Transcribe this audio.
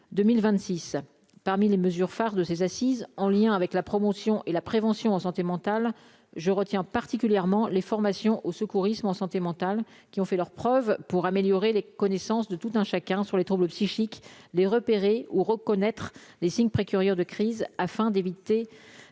2026 parmi les mesures phares de ces assises, en lien avec la promotion et la prévention santé mentale je retiens particulièrement les formation au secourisme en santé mentale qui ont fait leurs preuves pour améliorer les connaissances de tout un chacun sur les troubles psychiques les repérer ou reconnaître les signes précurseurs de crise afin d'éviter